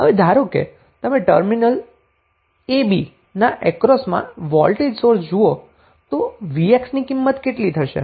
હવે ધારો કે તમે 2 ટર્મિનલ ab ના અક્રોસમાં વોલ્ટેજ સોર્સ જુઓ છો તો vx ની કિંમત કેટલી થશે